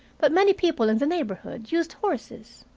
but many people in the neighborhood used horses.